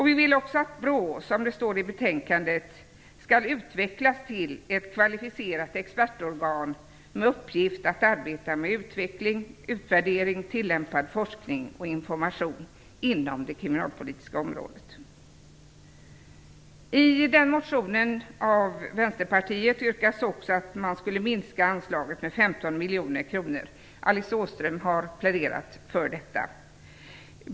Vi vill också att BRÅ - som det står i betänkandet - skall utvecklas till ett kvalificerat expertorgan med uppgift att arbeta med utveckling, utvärdering, tillämpad forskning och information inom det kriminalpolitiska området. I Vänsterpartiets motion yrkas också att man skulle minska anslaget med 15 miljoner kronor - Alice Åström har pläderat för detta.